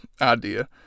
idea